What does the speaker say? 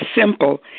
simple